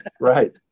right